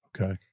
Okay